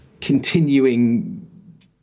continuing